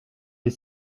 les